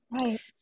right